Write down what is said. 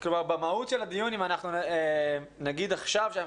אז במהות של הדיון אם אנחנו נגיד עכשיו שאנחנו